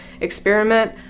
experiment